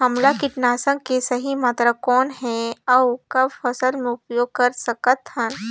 हमला कीटनाशक के सही मात्रा कौन हे अउ कब फसल मे उपयोग कर सकत हन?